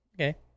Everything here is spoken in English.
okay